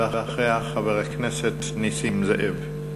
ואחריה, חבר הכנסת נסים זאב.